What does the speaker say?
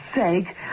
sake